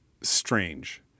strange